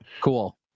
cool